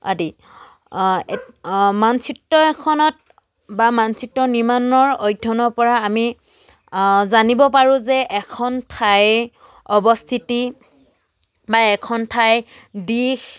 আদি মানচিত্ৰ এখনত বা মানচিত্ৰ নিৰ্মাণৰ অধ্যয়নৰ পৰা আমি জানিব পাৰোঁ যে এখন ঠাইৰ অৱস্থিতি বা এখন ঠাইৰ দিশ